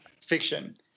Fiction